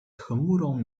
chmurą